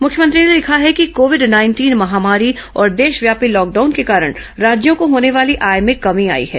मुख्यमंत्री ने लिखा है कि कोविड नाइंटिन महामारी और देशव्यापी लॉकडाउन के कारण राज्यों को होने वाली आय में कमी आयी है